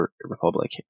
Republic